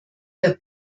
der